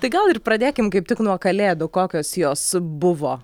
tai gal ir pradėkim kaip tik nuo kalėdų kokios jos buvo